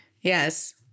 Yes